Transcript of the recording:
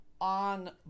On